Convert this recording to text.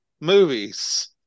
movies